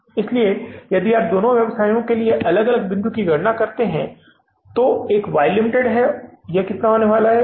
इसलिए यदि आप दो व्यवसायों के लिए एक अलग बिंदु की गणना करते हैं तो एक वाई लिमिटेड है यह कितना होने वाला है